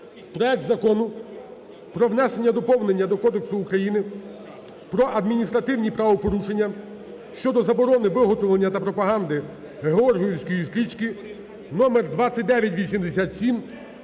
проект Закону про внесення доповнення до Кодексу України про адміністративні правопорушення щодо заборони виготовлення та пропаганди георгіївської стрічки (номер 2987)